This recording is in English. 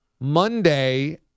Monday